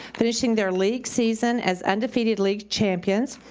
finishing their league season as undefeated league champions.